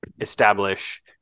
establish